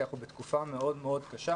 כי אנחנו בתקופה מאוד מאוד קשה,